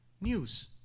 news